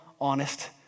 honest